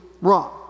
wrong